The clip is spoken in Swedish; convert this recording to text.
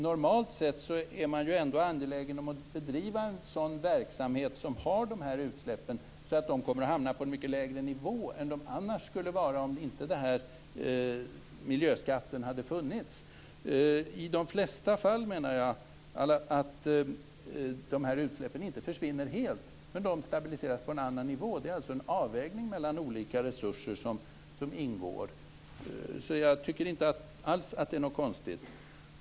Normalt sett är man ändå angelägen om att bedriva en sådan verksamhet som har dessa utsläpp. Men de kommer att hamna på en mycket lägre nivå än vad de annars skulle ha om inte miljöskatten hade funnits. I de flesta fall försvinner inte dessa utsläpp helt. Men de stabiliseras på en annan nivå. Det sker en avvägning mellan olika resurser. Jag tycker inte alls att det är något konstigt.